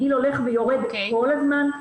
הגיל הולך ויורד כל הזמן,